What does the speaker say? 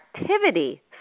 activity